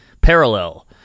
parallel